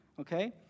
okay